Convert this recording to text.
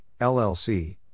LLC